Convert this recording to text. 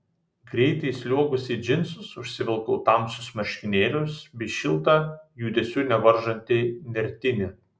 greitai įsliuogusi į džinsus užsivilkau tamsius marškinėlius bei šiltą judesių nevaržantį nertinį